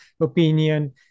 opinion